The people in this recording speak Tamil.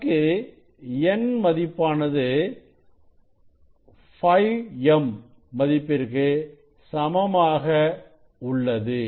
நமக்கு n மதிப்பானது 5m மதிப்பிற்கு சமமாக உள்ளது